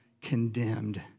condemned